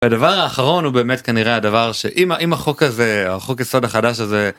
הדבר האחרון הוא באמת כנראה הדבר שאם החוק הזה, החוק יסוד החדש הזה